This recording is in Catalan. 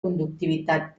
conductivitat